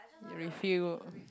you refill